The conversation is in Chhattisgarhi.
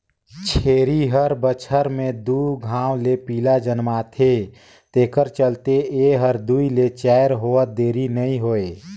छेरी हर बच्छर में दू घांव ले पिला जनमाथे तेखर चलते ए हर दूइ ले चायर होवत देरी नइ होय